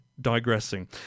digressing